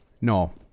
No